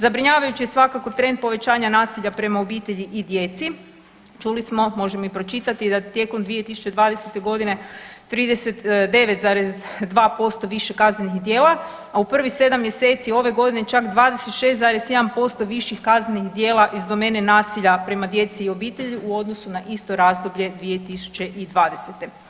Zabrinjavajuć, je svakako, trend povećanja nasilja prema obitelji i djeci, čuli smo, možemo i pročitati da tijekom 2020. g. 39,2% više kaznenih djela, a u prvih 7 mjeseci ove godine čak 26,1% viših kaznenih djela iz domene nasilja prema djeci i obitelji u odnosu na isto razdoblje 2020.